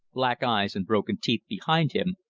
black eyes and broken teeth behind him,